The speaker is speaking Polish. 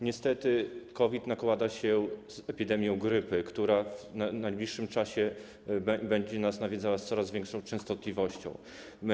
Niestety COVID nakłada się na epidemię grypy, która w najbliższym czasie będzie nas nawiedzała z coraz większą częstotliwością.